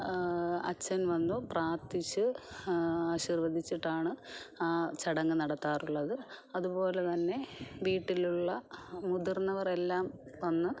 അച്ചൻ വന്നു പ്രാർത്ഥിച്ച് ആശീർവദിച്ചിട്ടാണ് ആ ചടങ്ങ് നടത്താറുള്ളത് അതുപോലെ തന്നെ വീട്ടിലുള്ള മുതിർന്നവരെല്ലാം വന്ന്